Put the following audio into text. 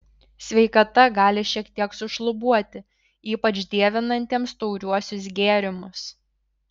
sveikata gali šiek tiek sušlubuoti ypač dievinantiems tauriuosius gėrimus